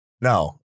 no